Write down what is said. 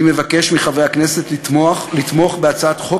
אני מבקש מחברי הכנסת לתמוך בהצעת חוק